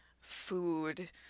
food